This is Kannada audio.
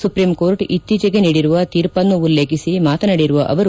ಸುಪ್ರೀಂಕೋರ್ಟ್ ಇತ್ತೀಚೆಗೆ ನೀಡಿರುವ ತೀರ್ಪನ್ನು ಉಲ್ಲೇಖಿಸಿ ಮಾತನಾಡಿರುವ ಅವರು